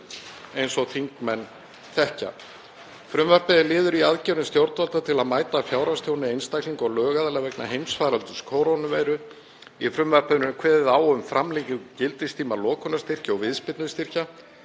eins og þingmenn þekkja. Frumvarpið er liður í aðgerðum stjórnvalda til að mæta fjárhagstjóni einstaklinga og lögaðila vegna heimsfaraldurs kórónuveiru. Í frumvarpinu er kveðið á um framlengingu gildistíma lokunar- og viðspyrnustyrkja.